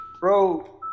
bro